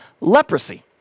leprosy